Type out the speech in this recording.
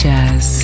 Jazz